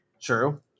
True